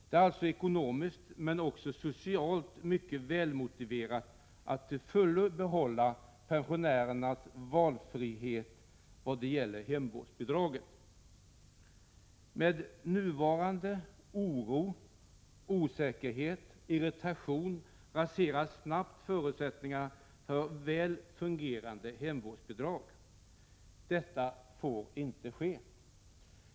Det är alltså ekonomiskt, men också socialt, mycket välmotiverat att till fullo behålla pensionärernas valfrihet vad gäller hemvårdsbidraget. Med nuvarande oro, osäkerhet och irritation raseras snabbt förutsättningarna för väl fungerade hemvårdsbidrag. Detta får inte ske.